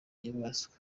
inyamaswa